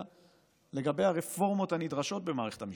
לגבי הרפורמות הנדרשות במערכת המשפט,